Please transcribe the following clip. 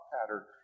pattern